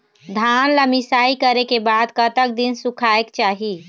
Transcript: धान ला मिसाई करे के बाद कतक दिन सुखायेक चाही?